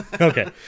Okay